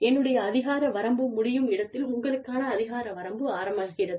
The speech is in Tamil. என்னுடைய அதிகார வரம்பு முடியும் இடத்தில் உங்களுக்கான அதிகார வரம்பு ஆரம்பமாகிறது